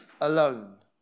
alone